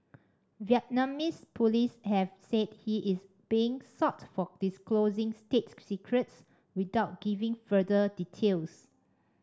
Vietnamese police have said he is being sought for disclosing state secrets without giving further details